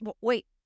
wait